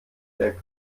der